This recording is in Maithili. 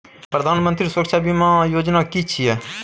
प्रधानमंत्री सुरक्षा बीमा योजना कि छिए?